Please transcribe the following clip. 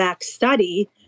study